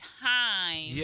time